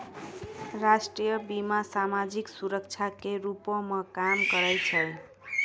राष्ट्रीय बीमा, समाजिक सुरक्षा के रूपो मे काम करै छै